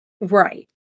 Right